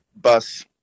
bus